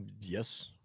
yes